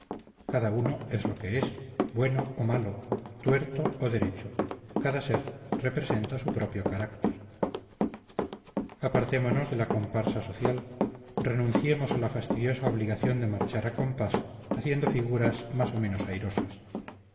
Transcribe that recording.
cada uno es lo que es bueno o malo tuerto o derecho cada ser representa su propio carácter apartémonos de la comparsa social renunciemos a la fastidiosa obligación de marchar a compás haciendo figuras más o menos airosas